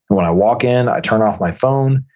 when i walk in, i turn off my phone,